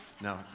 No